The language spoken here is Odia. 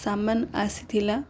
ସାମାନ ଆସିଥିଲା